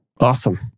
Awesome